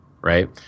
right